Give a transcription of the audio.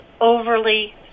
overly